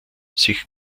sich